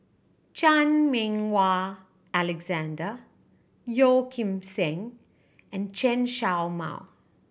Chan Meng Wah Alexander Yeo Kim Seng and Chen Show Mao